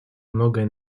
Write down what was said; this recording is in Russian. многое